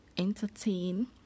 entertain